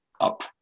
up